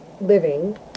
living